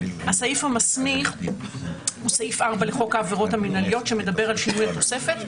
הסעיף המסמיך הוא סעיף 4 לחוק העבירות המינהליות שמדבר על שינוי התוספת,